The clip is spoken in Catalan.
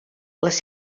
les